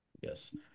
Yes